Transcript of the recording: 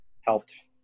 helped